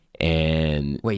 Wait